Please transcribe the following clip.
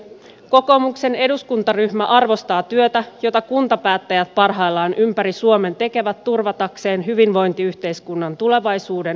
kokoomuksen eduskuntaryhmä arvostaa työtä jota kuntapäättäjät parhaillaan ympäri suomen tekevät turvatakseen hyvinvointiyhteiskunnan tulevaisuuden ja palvelut